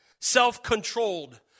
self-controlled